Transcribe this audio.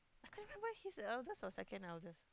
I can't remember he's the eldest or second eldest